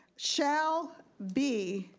shall be,